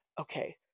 okay